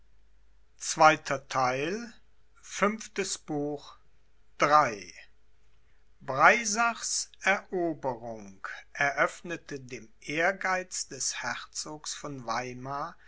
eröffnete dem ehrgeiz des herzogs von weimar